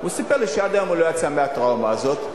הוא סיפר לי שעד היום הוא לא יצא מהטראומה הזאת,